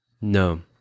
No